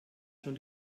schon